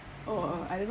ah